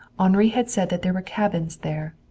henri had said that there were cabins there,